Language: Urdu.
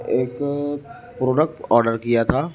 ایک پروڈکٹ آڈر کیا تھا